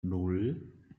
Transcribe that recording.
nan